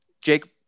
Jake